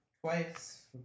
twice